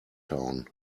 town